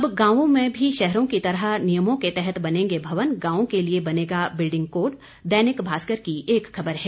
अब गांवों में भी शहरों की तरह नियमों के तहत बनेंगे भवन गांवों के लिये बनेगा बिल्डिंग कोड दैनिक भास्कर की एक खबर है